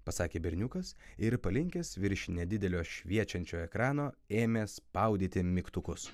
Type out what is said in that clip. pasakė berniukas ir palinkęs virš nedidelio šviečiančio ekrano ėmė spaudyti mygtukus